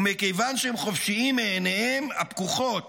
ומכיוון שהם חופשיים מעיניהם הפקוחות